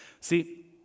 See